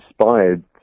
inspired